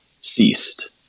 ceased